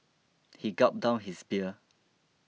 he gulped down his beer